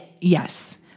Yes